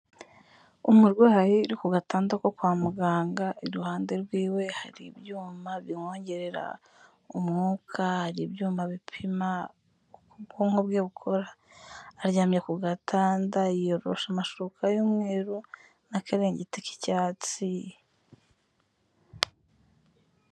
Umurwayi uri ku gatanda ko kwa muganga, iruhande rwiwe hari ibyuma bimwongerera umwuka, hari ibyuma bipima uko ubwonko bwe bukora, aryamye ku gatanda yiyorosha amashuka y'umweru n'akaringiti k'icyatsi.